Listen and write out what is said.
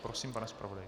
Prosím, pane zpravodaji.